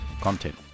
content